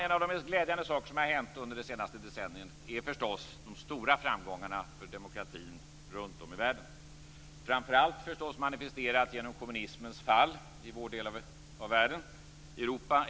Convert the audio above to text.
Något av det mest glädjande som har hänt under det senaste decenniet är förstås de stora framgångarna för demokratin runtom i världen. Det är framför allt manifesterat genom kommunismens fall i vår del av världen, i Europa.